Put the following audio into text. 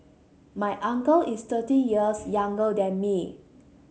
my uncle is thirty years younger than me